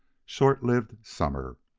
short-lived summer.